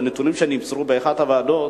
בנתונים שנמסרו באחת הוועדות,